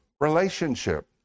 relationship